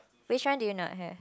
which one do you not have